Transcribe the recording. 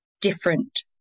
different